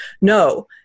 No